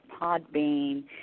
Podbean